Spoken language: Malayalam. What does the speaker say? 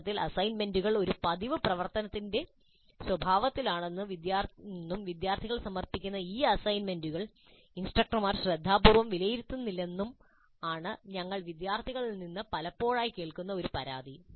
വാസ്തവത്തിൽ അസൈൻമെന്റുകൾ ഒരു പതിവ് പ്രവർത്തനത്തിന്റെ സ്വഭാവത്തിലാണെന്നും വിദ്യാർത്ഥികൾ സമർപ്പിക്കുന്ന ഈ അസൈൻമെന്റുകൾ ഇൻസ്ട്രക്ടർമാർ ശ്രദ്ധാപൂർവ്വം വിലയിരുത്തുന്നില്ലെന്നും ആണ് ഞങ്ങൾ വിദ്യാർത്ഥികളിൽ നിന്ന് പലപ്പോഴും കേൾക്കുന്ന ഒരു പരാതി